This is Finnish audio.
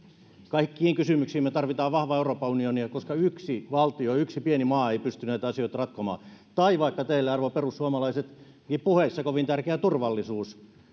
kaikkiin kysymyksiin me tarvitsemme vahvaa euroopan unionia koska yksi valtio yksi pieni maa ei pysty näitä asioita ratkomaan tai teille arvon perussuomalaiset vaikka puheissa niin kovin tärkeä turvallisuus